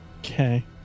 Okay